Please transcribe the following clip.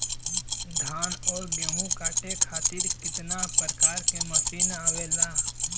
धान और गेहूँ कांटे खातीर कितना प्रकार के मशीन आवेला?